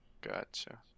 Gotcha